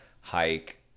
hike